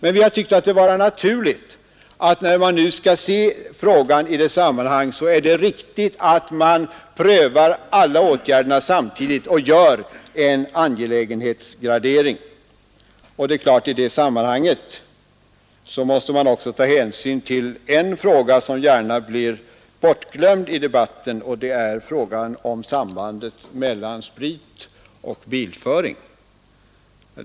Men vi har ansett det vara naturligt och riktigt att, när man nu skall se hela frågan i dess sammanhang, pröva alla åtgärderna samtidigt och göra en angelägenhetsgradering. I det sammanhanget måste hänsyn också tas till en fråga som gärna blir bortglömd i debatten, nämligen frågan om sambandet mellan sprit och bilföring.